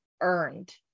earned